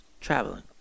traveling